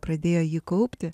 pradėjo jį kaupti